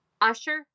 usher